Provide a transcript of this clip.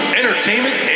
entertainment